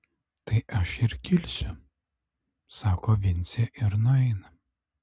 tai aš ir kilsiu sako vincė ir nueina